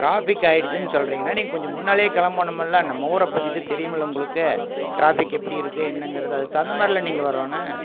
traffic ஆகிடிச்சினு சொல்கிறீங்கனா நீங்கள் கொஞ்சம் முன்னாலேயே கிளம்பணுமுல்ல நம்ம ஊரை பற்றி தான் தெரியுமில்ல உங்களுக்கு டிராஃபிக் எப்படி இருக்கு என்னங்கிறது அதுக்கு தகுந்த மாதிரியில்ல நீங்கள் வரணும்